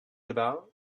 about